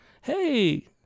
Hey